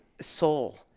soul